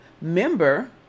member